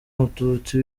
mututsi